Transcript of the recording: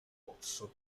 pozzo